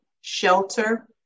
shelter